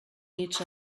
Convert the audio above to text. nits